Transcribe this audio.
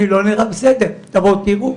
אני לא נראה בסדר, תבואו תראו,